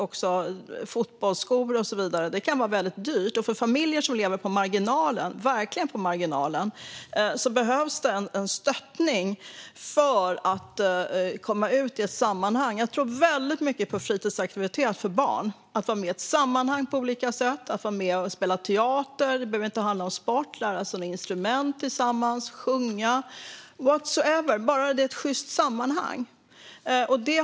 Det är fotbollsskor och så vidare, och det kan bli dyrt. För familjer som verkligen lever på marginalen behövs stöttning för att barn ska komma ut i ett sammanhang. Jag tror väldigt mycket på fritidsaktivitet för barn - att vara med i ett sammanhang på olika sätt eller att vara med och spela teater. Det behöver inte handla om sport, utan det kan vara att lära sig att spela ett instrument eller sjunga tillsammans - whatever, bara det är ett sjyst sammanhang.